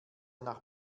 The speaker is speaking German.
nach